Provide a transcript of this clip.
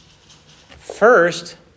first